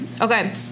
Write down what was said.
Okay